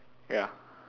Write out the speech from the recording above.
ya